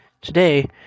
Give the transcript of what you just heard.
Today